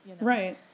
right